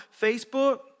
Facebook